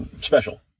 special